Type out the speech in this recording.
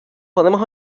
podemos